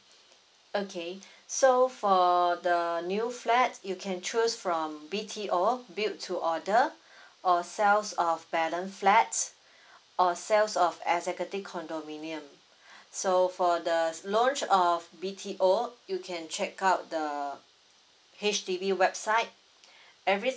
okay so for the new flat you can choose from B_T_O build to order or sales of balance flats or sales of executive condominium so for the launch of B_T_O you can check out the H_D_B website every